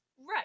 Right